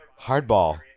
Hardball